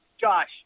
Josh